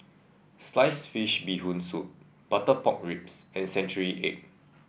Sliced Fish Bee Hoon Soup Butter Pork Ribs and Century Egg